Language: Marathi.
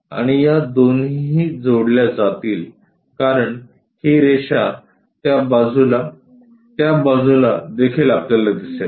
आणि या दोन्हीही जोडल्या जातील कारण ही रेषा त्या बाजूला त्या बाजूला देखील आपल्याला दिसेल